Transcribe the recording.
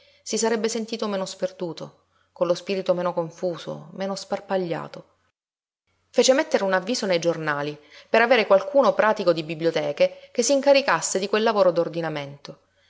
si sarebbe sentito meno sperduto con lo spirito meno confuso meno sparpagliato fece mettere un avviso nei giornali per avere qualcuno pratico di biblioteche che si incaricasse di quel lavoro d'ordinamento